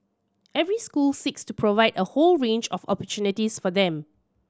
every school seeks to provide a whole range of opportunities for them